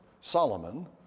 Solomon